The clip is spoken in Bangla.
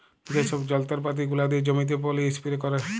যে ছব যল্তরপাতি গুলা দিয়ে জমিতে পলী ইস্পেরে ক্যারে